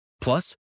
Plus